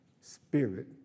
spirit